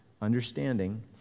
understanding